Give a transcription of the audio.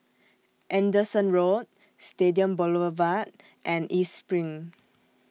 Anderson Road Stadium Boulevard and East SPRING